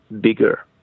bigger